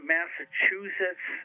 Massachusetts